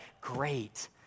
great